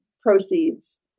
proceeds